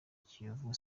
kiyovu